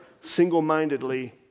single-mindedly